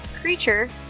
creature